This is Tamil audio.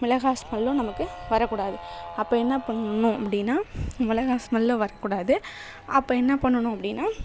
மிளகாய் ஸ்மெல்லும் நமக்கு வரக்கூடாது அப்போ என்ன பண்ணணும் அப்படின்னா மிளகாய் ஸ்மெல்லும் வரக்கூடாது அப்போ என்ன பண்ணணும் அப்படின்னா